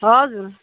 हजुर